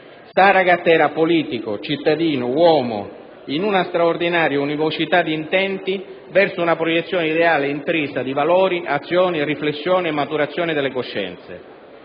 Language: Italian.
Saragat era politico, cittadino, uomo, in una straordinaria univocità di intenti, verso una proiezione ideale intrisa di valori, azione, riflessione e maturazione delle coscienze.